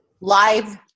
live